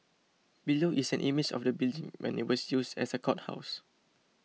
below is an image of the building when it was used as a courthouse